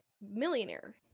millionaire